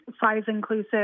size-inclusive